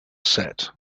set